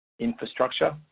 infrastructure